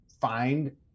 find